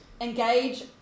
engage